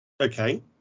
Okay